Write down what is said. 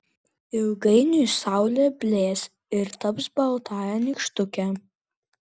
ilgainiui saulė blės ir taps baltąja nykštuke